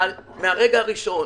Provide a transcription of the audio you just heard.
אבל מן הרגע הראשון,